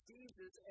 Jesus